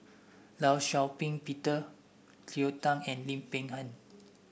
Law Shau Ping Peter Cleo Thang and Lim Peng Han